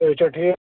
صحت چھا ٹھیٖک